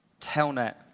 Telnet